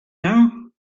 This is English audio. now